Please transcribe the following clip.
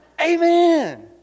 Amen